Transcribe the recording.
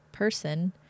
person